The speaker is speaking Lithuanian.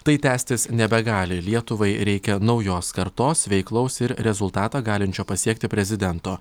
tai tęstis nebegali lietuvai reikia naujos kartos veiklaus ir rezultatą galinčio pasiekti prezidento